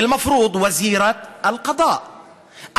אל-מפרוד וזירת אל-קדאא,